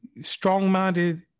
strong-minded